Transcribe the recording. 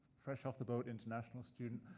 fresh-off the boat international student.